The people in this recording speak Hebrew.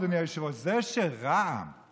אדוני היושב-ראש: זה שרע"מ,